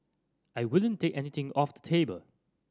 I wouldn't take anything off the table